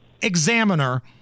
examiner